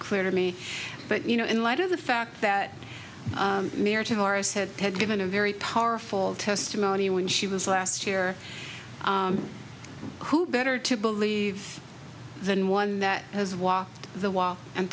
clear to me but you know in light of the fact that meritorious had given a very powerful testimony when she was last year who better to believe than one that has walked the walk and